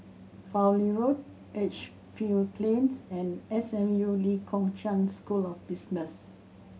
Fowlie Road Edgefield Plains and S M U Lee Kong Chian School of Business